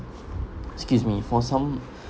excuse me for some